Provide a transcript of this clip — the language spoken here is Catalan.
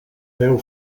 veu